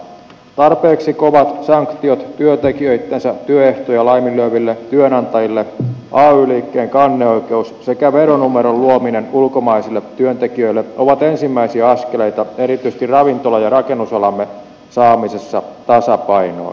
tarpeeksi kovat sanktiot työntekijöittensä työehtoja laiminlyöville työnantajille ay liikkeen kanneoikeus sekä veronumeron luominen ulkomaisille työntekijöille ovat ensimmäisiä askeleita erityisesti ravintola ja rakennusalamme saamisessa tasapainoon